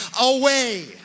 away